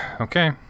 Okay